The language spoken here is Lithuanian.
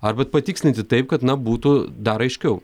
arba patikslinti taip kad na būtų dar aiškiau